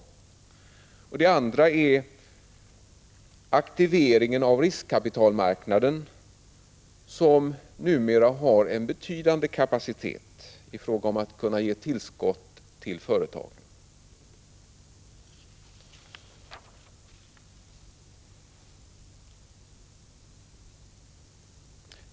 Den andra är aktiveringen av riskkapitalmarknaden som numera har en betydande kapacitet i fråga om att kunna ge tillskott till företag.